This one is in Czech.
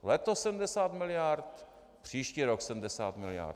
Letos 70 miliard, příští rok 70 miliard.